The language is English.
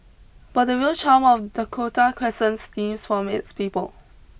but the real charm of Dakota Crescent stems from its people